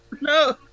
No